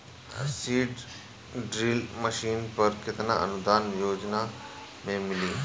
Seed drill machine पर केतना अनुदान योजना में मिली?